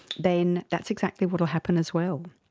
then that's exactly what will happen as well.